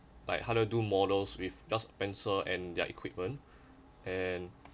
like how to do models with just pencil and their equipment and